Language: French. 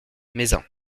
mézin